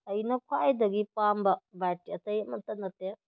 ꯑꯩꯅ ꯈ꯭ꯋꯥꯏꯗꯒꯤ ꯄꯥꯝꯕ ꯕꯥꯏꯛꯇꯤ ꯑꯇꯩ ꯑꯃꯠꯇ ꯅꯠꯇꯦ